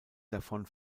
davon